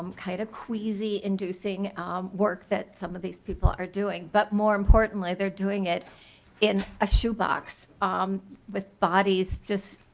um kind of quizey inducing um work some of these people are doing but more importantly they are doing it in a shoe box um with bodies just